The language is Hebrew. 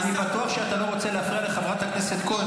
אני בטוח שאתה לא רוצה להפריע לחברת הכנסת כהן,